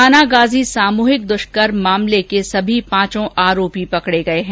थानागाजी सामूहिक दुष्कर्म मामले में सभी पांचों आरोपी पकडे गये है